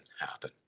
happen